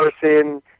person